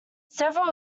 several